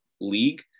league